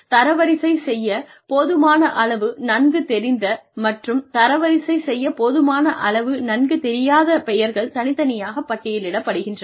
தரவரிசை செய்ய போதுமான அளவு நன்கு தெரிந்த மற்றும் தரவரிசை செய்ய போதுமான அளவு நன்கு தெரியாத பெயர்கள் தனித்தனியாகப் பட்டியலிடப்படுகின்றன